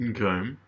Okay